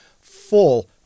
full